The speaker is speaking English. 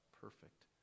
perfect